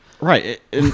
Right